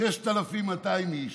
6,200 איש,